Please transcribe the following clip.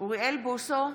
אוריאל בוסו,